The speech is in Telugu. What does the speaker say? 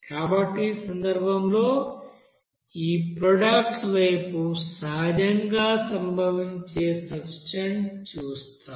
కాబట్టి ఈ సందర్భంలో ఈ ప్రోడక్ట్ వైపు సహజంగా సంభవించే సబ్స్టెన్స్ చూస్తారు